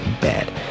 bad